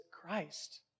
Christ